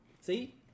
See